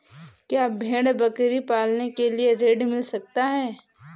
क्या भेड़ बकरी पालने के लिए ऋण मिल सकता है?